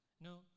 no